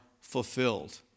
fulfilled